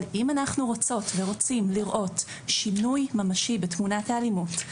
אבל אם אנחנו רוצות ורוצים לראות שינוי ממשי בתמונת האלימות,